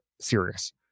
serious